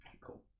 Cool